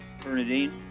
Bernadine